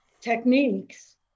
techniques